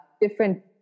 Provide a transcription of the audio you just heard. different